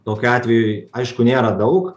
tokių atvejų aišku nėra daug